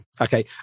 Okay